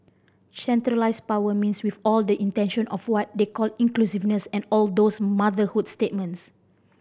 centralised power means with all the intention of what they call inclusiveness and all those motherhood statements